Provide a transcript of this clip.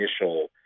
initial